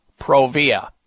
Provia